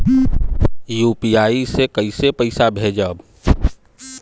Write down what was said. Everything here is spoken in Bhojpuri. यू.पी.आई से कईसे पैसा भेजब?